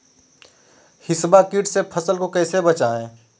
हिसबा किट से फसल को कैसे बचाए?